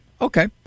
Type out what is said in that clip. Okay